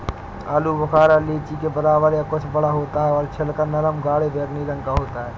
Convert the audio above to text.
आलू बुखारा लीची के बराबर या कुछ बड़ा होता है और छिलका नरम गाढ़े बैंगनी रंग का होता है